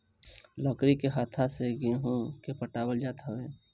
लकड़ी के हत्था से गेंहू के पटावल जात हवे